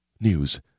News